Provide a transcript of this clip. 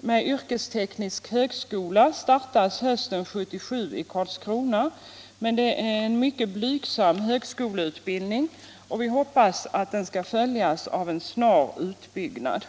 med yrkesteknisk högskola startas hösten 1977 i Karlskrona, men det är en mycket blygsam högskoleutbildning, och vi hoppas att den skall följas av en snar utbyggnad.